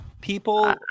people